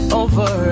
over